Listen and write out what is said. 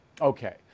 okay